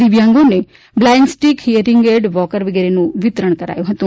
દિવ્યાંગોને blind stick hearing aid walker વગેરેનું વિતરણ કરાયું હતું